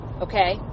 Okay